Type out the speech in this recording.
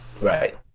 Right